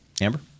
Amber